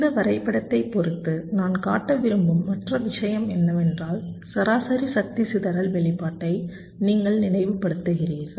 இந்த வரைபடத்தைப் பொறுத்து நான் காட்ட விரும்பும் மற்ற விஷயம் என்னவென்றால் சராசரி சக்தி சிதறல் வெளிப்பாட்டை நீங்கள் நினைவுபடுத்துகிறீர்கள்